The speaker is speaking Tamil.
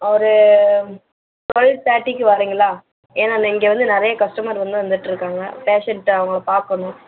ஒரு ட்வெல் தேர்ட்டிக்கு வாரிங்களா ஏன்னா இங்கே வந்து நிறைய கஸ்டமர் வந்து வந்துட்டுருக்காங்க பேஷண்ட்டு அவங்கள பார்க்கணும்